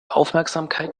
aufmerksamkeit